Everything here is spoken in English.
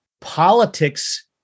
politics